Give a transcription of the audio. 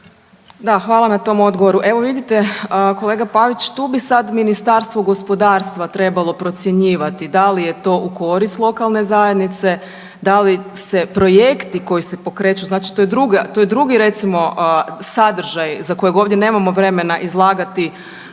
Da, hvala na tom odgovoru. Evo vidite, kolega Pavić, tu bi sad Ministarstvo gospodarstva trebalo procjenjivati da li je to u korist lokalne zajednice, da li se projekti koji se pokreću, znači to je drugi recimo sadržaj za kojeg ovdje nemamo vremena izlagati